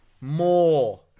More